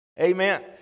Amen